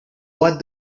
what